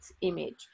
image